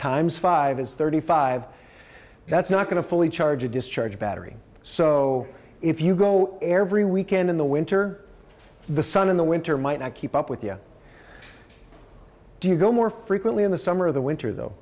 times five is thirty five that's not going to fully charge a discharge battery so if you go every weekend in the winter the sun in the winter might not keep up with you do you go more frequently in the summer of the winter though